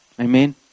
Amen